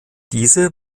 diese